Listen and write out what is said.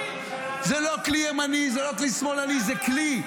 זה לא כלי ימני, זה לא כלי שמאלני, זה כלי.